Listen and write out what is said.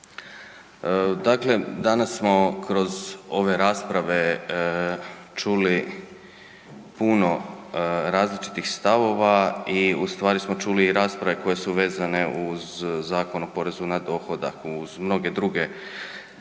Dakle, danas smo kroz ove rasprave čuli puno različitih stavova i u stvari smo čuli i rasprave koje su vezane uz Zakon o porezu na dohodak uz mnoge druge